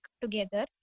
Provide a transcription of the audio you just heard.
together